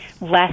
less